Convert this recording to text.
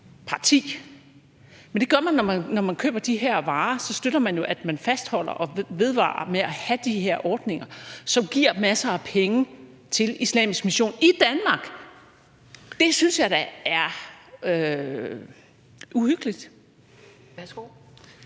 parti, men det gør man, når man køber de her varer. Så støtter man jo, at man fastholder og vedvarer med at have de her ordninger, som giver masser af penge til islamisk mission i Danmark. Det synes jeg da er uhyggeligt.